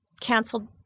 canceled